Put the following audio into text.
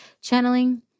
channeling